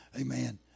Amen